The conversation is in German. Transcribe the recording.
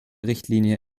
richtlinie